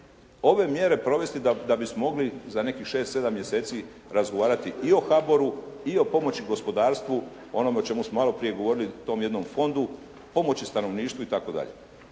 ove mjere provesti da bismo mogli za nekih 6-7 mjeseci razgovarati i o HABOR-u i o pomoći gospodarstvu o onome o čemu smo malo prije govorili, tom jednom fondu, pomoći stanovništvu itd.